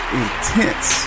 intense